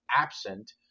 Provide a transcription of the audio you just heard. absent